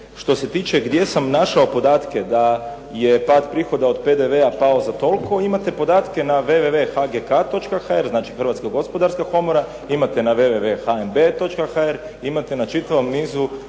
što se tiče gdje sam našao podatke da je pad prihoda od PDV-a pao za toliko imate podatke na www.hgk.hr znači Hrvatska gospodarska komora, imate na www.hnb.hr, i imate na čitavom nizu,